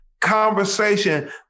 conversation